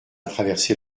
traversé